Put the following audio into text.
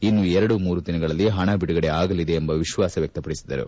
ಇನ್ನು ಎರಡು ಮೂರು ದಿನಗಳಲ್ಲಿ ಪಣ ಬಿಡುಗಡೆ ಆಗಲಿದೆ ಎಂದು ವಿಶ್ವಾಸ ವ್ಯಕ್ತಪಡಿಸಿದರು